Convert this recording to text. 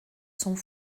sont